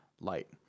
light